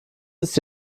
ist